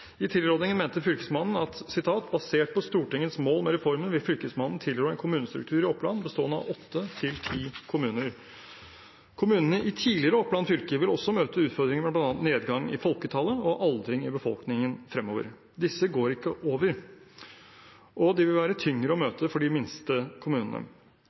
I tilrådingen het det: «Basert på Stortingets mål med reformen vil Fylkesmannen tilrå en kommunestruktur i Oppland bestående av åtte til ti kommuner.» Kommunene i tidligere Oppland fylke vil også møte utfordringer i form av bl.a. nedgang i folketallet og aldring i befolkningen fremover. Disse går ikke over, og de vil være tyngre å møte for de minste kommunene.